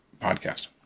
podcast